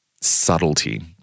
subtlety